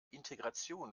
integration